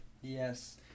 Yes